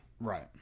Right